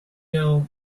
know